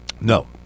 No